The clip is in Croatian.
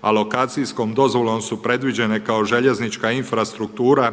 a lokacijskom dozvolom su predviđene kao željeznička infrastruktura